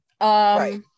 right